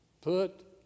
Put